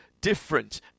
different